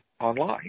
online